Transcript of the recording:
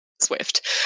Swift